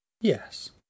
yes